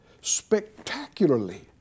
spectacularly